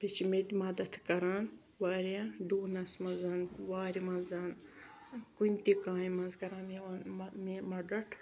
بیٚیہِ چھِ مےٚ تہِ مَدد کَران واریاہ ڈونَس منٛز وارِ منٛز کُنہِ تہِ کامہِ منٛز کَران مےٚ مےٚ مَدد